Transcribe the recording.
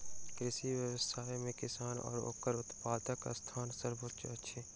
कृषि व्यवसाय मे किसान आ ओकर उत्पादकक स्थान सर्वोच्य अछि